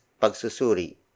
Pagsusuri